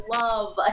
love